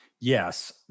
Yes